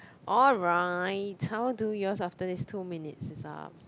alright I will do your after this two minutes is up